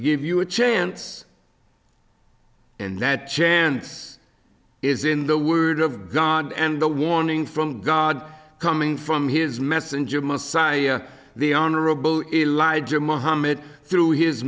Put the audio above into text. give you a chance and that chance is in the word of god and the warning from god coming from his messenger messiah the honorable elijah muhammad through his